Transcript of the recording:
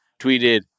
tweeted